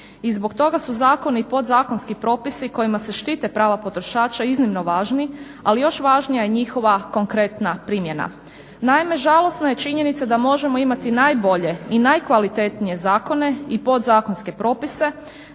I zbog toga su zakoni i podzakonski propisi kojima se štite prava potrošača iznimno važni, ali još važnija je njihova konkretna primjena. Naime, žalosna je činjenica da možemo imati najbolje i najkvalitetnije zakone i podzakonske propise